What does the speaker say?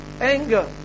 anger